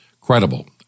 Credible